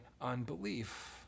unbelief